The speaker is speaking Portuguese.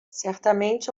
certamente